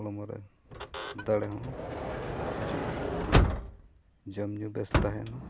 ᱦᱚᱲᱢᱚ ᱨᱮ ᱫᱟᱲᱮ ᱦᱚᱸ ᱦᱤᱡᱩᱜᱼᱟ ᱡᱚᱢ ᱧᱩ ᱵᱮᱥ ᱛᱟᱦᱮᱱᱟ